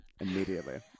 immediately